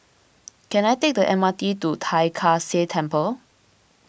can I take the M R T to Tai Kak Seah Temple